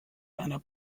einer